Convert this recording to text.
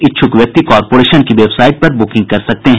इच्छुक व्यक्ति कॉरपोरेशन की वेबसाइट पर ब्रकिंग कर सकते हैं